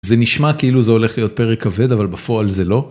זה נשמע כאילו זה הולך להיות פרק כבד, אבל בפועל זה לא.